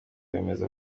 bemeza